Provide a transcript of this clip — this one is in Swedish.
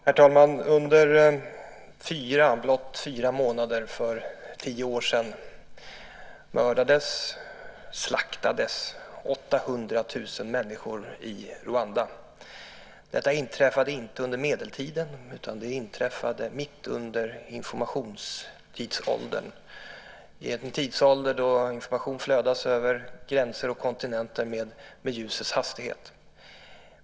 Herr talman! Under blott fyra månader för tio år sedan mördades, slaktades 800 000 människor i Rwanda. Detta inträffade inte under medeltiden utan det inträffade mitt under informationstidsåldern, en tidsålder då information flödar över gränser och kontinenter med ljusets hastighet.